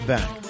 Back